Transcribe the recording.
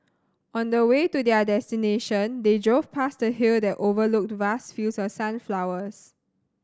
on the way to their destination they drove past a hill that overlooked vast fields of sunflowers